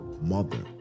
mother